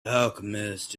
alchemist